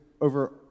over